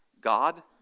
God